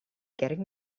getting